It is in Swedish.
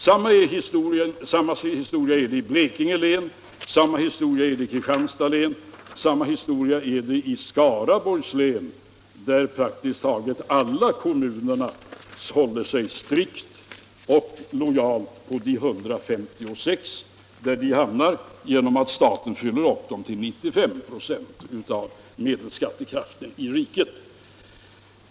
Samma historia är det i Blekinge län, likaså i Kristianstads län och i Skaraborgs län, där praktiskt taget alla kommunerna håller sig strikt och lojalt till de 156 kronorna, där de hamnar genom att staten fyller upp med bidrag Nr 38 till 95 96 av medelskattekraften i riket.